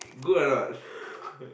good or not